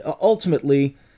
ultimately